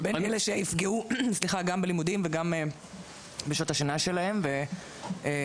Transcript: בין אלה שייפגעו גם בלימודים ובשנות השינה שלהם ויעבדו